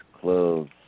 clothes